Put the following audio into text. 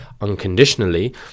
unconditionally